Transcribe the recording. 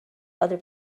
other